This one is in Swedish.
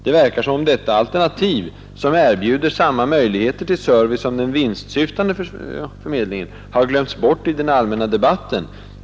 Det verkar som om detta alternativ, som erbjuder samma möjligheter till service som den vinstsyftande förmedlingen, har glömts bort i den allmänna debatten.